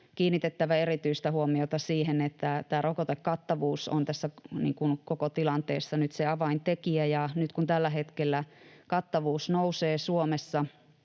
kiinnitettävä erityistä huomiota siihen, että tämä rokotekattavuus on tässä koko tilanteessa nyt se avaintekijä. Ja nyt kun tällä hetkellä kattavuus nousee Suomessa